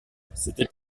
c’était